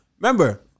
Remember